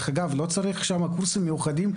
לא צריך שם קורסים מיוחדים.